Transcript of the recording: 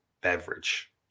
beverage